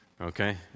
okay